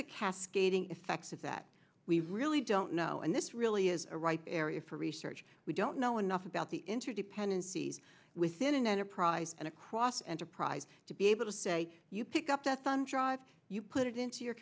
the cascading effects of that we really don't know and this really is a right area for research we don't know enough about the interdependencies within an enterprise and across enterprise to be able to say you pick up a thumb drive you put it into your